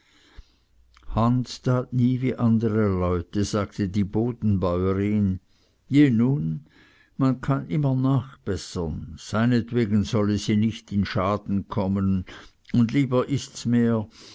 hans tat nie wie andere leute sagte die bodenbäuerin je nun man kann immer nachbessern seinetwegen sollen sie nicht in schaden kommen und lieber ists mir